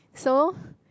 so